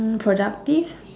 mm productive